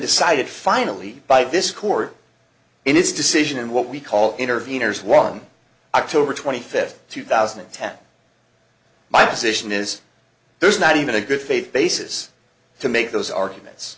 decided finally by this court in its decision in what we call interveners war on october twenty fifth two thousand and ten my position is there is not even a good faith basis to make those arguments